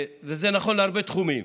זה נכון בהרבה תחומים,